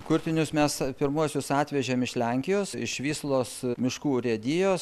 kurtinius mes pirmuosius atvežėm iš lenkijos iš vyslos miškų urėdijos